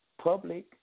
public